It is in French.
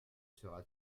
sera